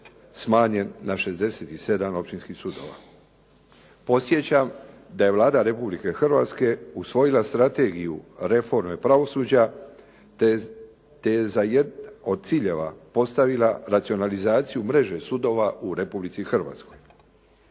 smanjen na 67 općinskih sudova. Podsjećam da je Vlada Republike Hrvatske usvojila strategiju reforme pravosuđa te je za jedan od ciljeva postavila racionalizaciju mreže sudova u Republici Hrvatskoj.